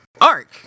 arc